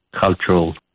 cultural